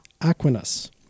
Aquinas